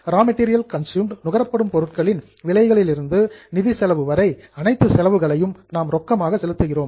ரா material consumed நுகரப்படும் மூலப்பொருட்களின் விலையிலிருந்து நிதி செலவு வரை அனைத்து செலவுகளும் நாம் ரொக்கமாக செலுத்துகிறோம்